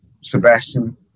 Sebastian